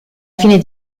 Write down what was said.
fine